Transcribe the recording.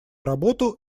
работу